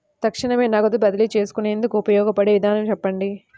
తక్షణమే నగదు బదిలీ చేసుకునేందుకు ఉపయోగపడే విధానము చెప్పండి?